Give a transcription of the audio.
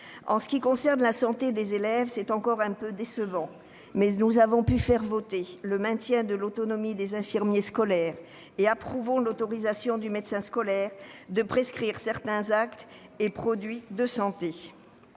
En ce qui concerne la santé des élèves, le dispositif prévu est encore un peu décevant. Mais nous avons pu faire voter le maintien de l'autonomie des infirmiers scolaires. Nous approuvons par ailleurs l'autorisation donnée au médecin scolaire de prescrire certains actes et produits de santé.